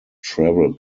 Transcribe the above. travel